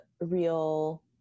real